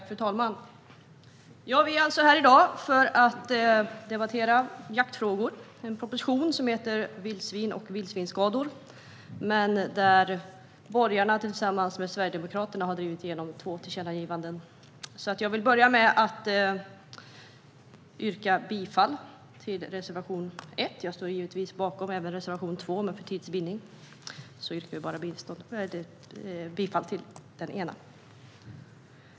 Fru talman! Vi är alltså här i dag för att debattera jaktfrågor, en proposition som heter Vildsvin och vil t skador . Borgarna har tillsammans med Sverigedemokraterna drivit igenom två tillkännagivanden. Jag vill börja med att yrka bifall till reservation 1. Jag står givetvis bakom även reservation 2, men för tids vinnande yrkar jag bara bifall till den ena.